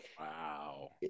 Wow